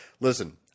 listen